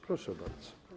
Proszę bardzo.